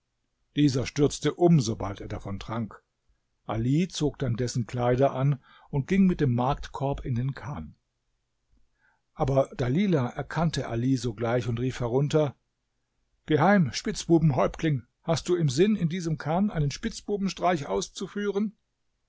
dieser stürzte um sobald er davon trank ali zog dann dessen kleider an und ging mit dem marktkorb in den chan aber dalilah erkannte ali sogleich und rief herunter geh heim spitzbubenhäuptling hast du im sinn in diesem chan einen spitzbubenstreich auszuführen